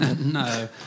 No